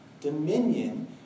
Dominion